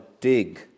dig